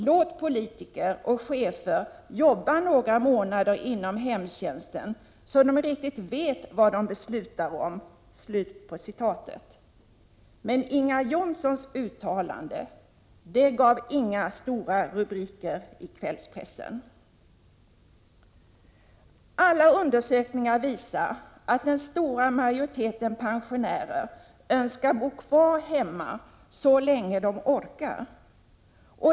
Låt politiker = och chefer — jobba några månader inom hemtjänsten så de riktigt vet vad de beslutar 'om.” Men Inga Jonssons uttalande gav inga stora rubriker i kvällspressen. 2 Alla undersökningar visar att den stora majoriteten pensionärer önskar bo kvar hemma så länge de orkar.